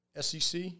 SEC